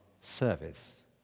service